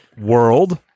world